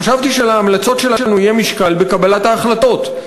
חשבתי שלהמלצות שלנו יהיה משקל בקבלת ההחלטות.